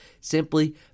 simply